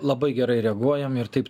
labai gerai reaguojam ir taip